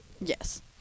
Yes